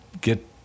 get